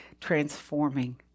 transforming